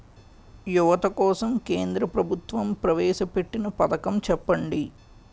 యువత కోసం కేంద్ర ప్రభుత్వం ప్రవేశ పెట్టిన పథకం చెప్పండి?